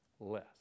less